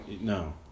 No